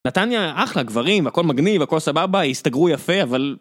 נתניה, אחלה, גברים, הכל מגניב, הכל סבבה, הסתגרו יפה, אבל...